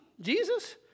Jesus